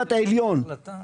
המשפט העליון